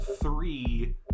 three